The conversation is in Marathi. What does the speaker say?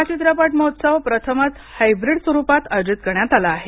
हा चित्रपट महोत्सव प्रथमच हायब्रीड स्वरुपात आयोजित करण्यात आला आहे